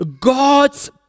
God's